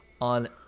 on